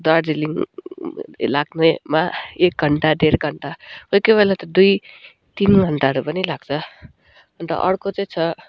दार्जिलिङ लाग्नेमा एक घन्टा ढेड घन्टा कोही कोही बेला त दुई तिन घन्टाहरू पनि लाग्छ अन्त अर्को चाहिँ छ